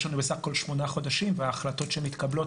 יש לנו בסך הכול שמונה חודשים וההחלטות שמקבלות,